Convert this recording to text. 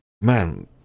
man